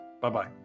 Bye-bye